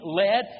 led